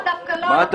לא, דווקא לא.